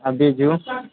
आ बीजु